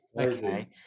Okay